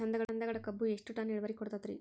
ಚಂದಗಡ ಕಬ್ಬು ಎಷ್ಟ ಟನ್ ಇಳುವರಿ ಕೊಡತೇತ್ರಿ?